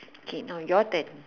okay now your turn